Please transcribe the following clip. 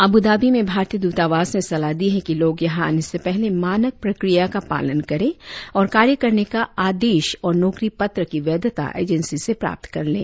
अब्रू Dhabi में भारतीय दूतवास ने सलाह दी है कि लोग यहां आने से पहले मानक प्रक्रिया का पालन करें और कार्य करने का आदेश और नौकरी पत्र की वैधता एजेंसी से प्राप्त कर लें